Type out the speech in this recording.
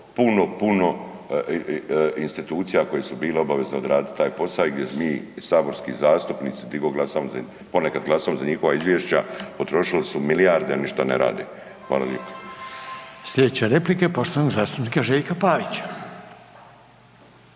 puno, puno institucija koje su bile obavezne odraditi taj posao i gdje mi saborski zastupnici di god glasamo, po nekad glasamo za njihova izvješća, potrošili su milijarde a ništa ne rade. Hvala lijepo. **Reiner, Željko (HDZ)** Slijedeća replika je poštovanog zastupnika Željka Pavića.